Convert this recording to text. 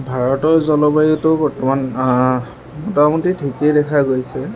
ভাৰতৰ জলবায়ুটো বৰ্তমান মোটামুটি ঠিকেই দেখা গৈছে